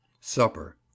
Supper